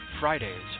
Fridays